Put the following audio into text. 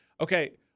Okay